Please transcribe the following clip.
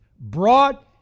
brought